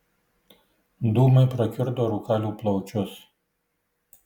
dūmai prakiurdo rūkalių plaučius